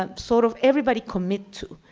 um sort of everybody commit to.